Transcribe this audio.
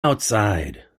outside